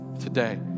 today